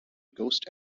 ghost